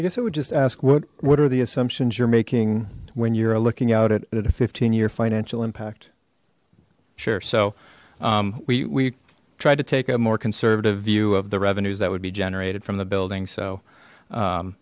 i guess i would just ask what what are the assumptions you're making when you're looking out at a fifteen year financial impact sure so we tried to take a more conservative view of the revenues that would be generated from the building so